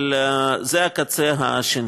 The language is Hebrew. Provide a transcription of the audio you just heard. אבל זה הקצה השני.